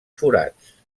forats